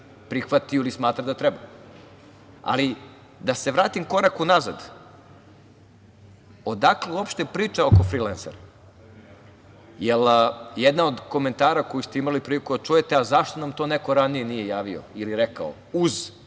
prihvatio ili smatra da treba. Ali, da se vratim korak unazad, odakle uopšte priča oko frilensera, jer jedan od komentara koji ste imali priliku da čujete jeste zašto nam to neko ranije nije javio ili rekao, uz